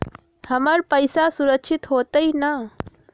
हमर पईसा सुरक्षित होतई न?